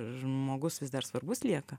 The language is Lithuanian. žmogus vis dar svarbus lieka